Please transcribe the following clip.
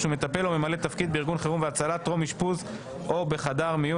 מטפל או ממלא תפקיד בארגון חירום והצלה טרום אשפוז או בחדר מיון),